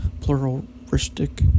pluralistic